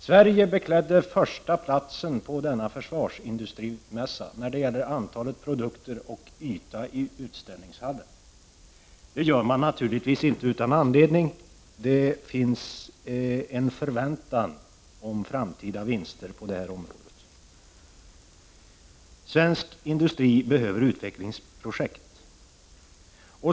Sverige beklädde första platsen på denna försvarsindustrimässa när det gäller antalet produkter och ytan i utställningshallen. Så är naturligtvis inte fallet utan att det finns en anledning: det finns en förväntan om framtida vinster på det här området. Svensk industri behöver utvecklingsprojekt.